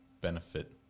benefit